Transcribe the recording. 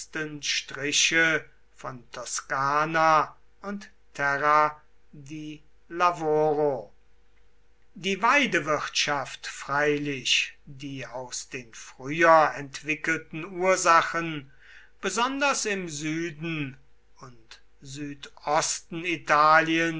striche von toscana und terra di lavoro die weidewirtschaft freilich die aus den früher entwickelten ursachen besonders im süden und südosten